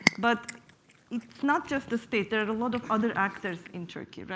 but it's not just the state. there are a lot of other actors in turkey, but